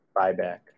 buyback